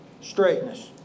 straightness